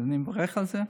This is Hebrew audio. ואני מברך על זה.